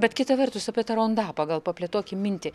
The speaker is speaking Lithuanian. bet kita vertus apie tą rondapą gal paplėtokim mintį